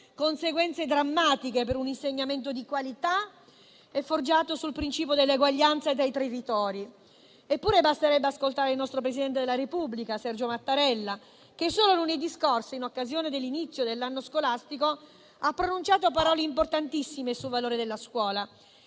conseguenze drammatiche per un insegnamento di qualità, forgiato sul principio dell'eguaglianza e dei territori. Eppure basterebbe ascoltare il nostro presidente della Repubblica Sergio Mattarella, che solo lunedì scorso, in occasione dell'inizio dell'anno scolastico, ha pronunciato parole importantissime sul valore della scuola